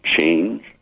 change